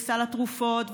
וסל התרופות,